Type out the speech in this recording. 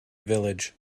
village